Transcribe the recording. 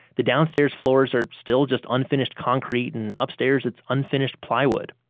the downstairs floors are still just unfinished concrete and upstairs, it's unfinished plywood.